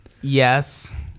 yes